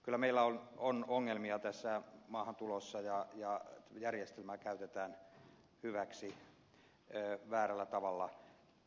kyllä meillä on ongelmia maahantulossa ja järjestelmää käytetään hyväksi väärällä tavalla